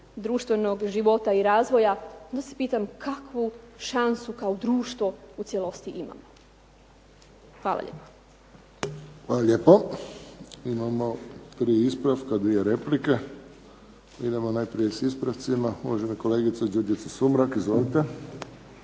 društvenog života i razvoja, onda se pitam kakvu šansu kao društvo u cijelosti imamo? Hvala lijepo. **Friščić, Josip (HSS)** Hvala lijepo. Imamo tri ispravka, dvije replike. Idemo najprije sa ispravcima uvažena kolegica Đurđica Sumrak. Izvolite.